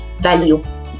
value